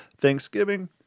Thanksgiving